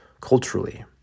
culturally